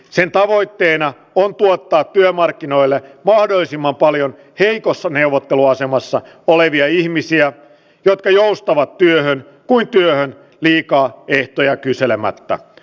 sen tavoitteena on tuottaa työmarkkinoille mahdollisimman paljon kiihkossa neuvotteluasemassa olevia ihmisiä jotka joustavat työhön kuin tiellään liikaa ehtoja kyselemättä